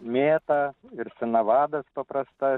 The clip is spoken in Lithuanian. mėta ir sinavadas paprasta